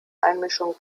einmischung